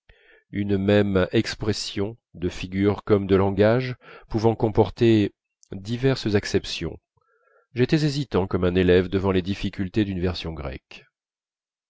une même expression de figure comme de langage pouvait comporter diverses acceptions j'étais hésitant comme un élève devant les difficultés d'une version grecque